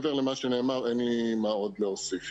מעבר למה שנאמר, אין לי עוד מה להוסיף.